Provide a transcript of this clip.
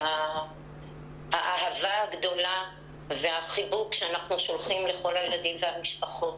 את האהבה הגדולה והחיבוק שאנחנו שולחים לכל הילדים ולמשפחות.